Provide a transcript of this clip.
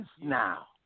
now